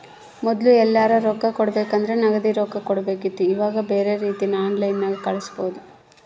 ಮೊದ್ಲು ಎಲ್ಯರಾ ರೊಕ್ಕ ಕೊಡಬೇಕಂದ್ರ ನಗದಿ ರೊಕ್ಕ ಕೊಡಬೇಕಿತ್ತು ಈವಾಗ ಬ್ಯೆರೆ ರೀತಿಗ ಆನ್ಲೈನ್ಯಾಗ ಕಳಿಸ್ಪೊದು